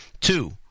Two